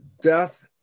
death